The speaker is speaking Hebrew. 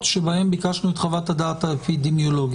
שבהם אנחנו מבקשים חוות דעת אפידמיולוגית.